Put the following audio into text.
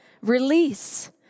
Release